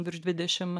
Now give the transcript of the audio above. virš dvidešim